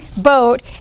boat